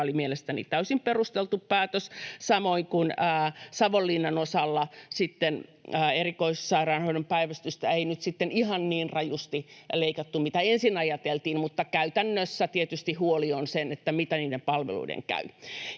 oli mielestäni täysin perusteltu päätös. Samoin Savonlinnan osalta erikoissairaanhoidon päivystystä ei nyt sitten ihan niin rajusti leikattu kuin mitä ensin ajateltiin, mutta käytännössä tietysti huoli on se, miten niiden palveluiden käy.